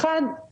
האחת,